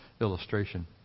illustration